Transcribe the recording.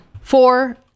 Four